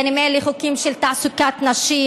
בין אם אלה חוקים של תעסוקת נשים,